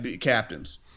captains